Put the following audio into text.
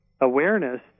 awareness